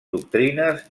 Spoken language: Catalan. doctrines